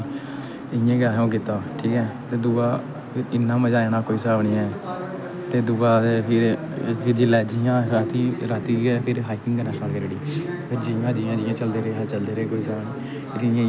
इ'यां गै आहें कित्ता ठीक ऐ ते इ'न्ना मजा आया ना कोई साह्ब नीं ऐ ते दूआ ते फिर जिह्लै जियां आसें रातीं रातीं केह् होएआ फिर हाइकिंग करना स्टार्ट करी औड़ी जियां जियां चलदे चलदे रहे जियां जियां रातीं साह्नू